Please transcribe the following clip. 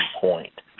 point